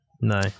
No